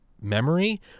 memory